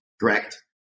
correct